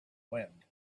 wind